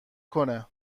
کنه